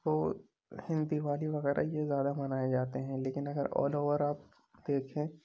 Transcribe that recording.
وہ دیوالی وغیرہ یہ زیادہ منائے جاتے ہیں لیکن اگر آل اوور آپ دیکھیں